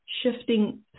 Shifting